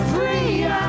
Free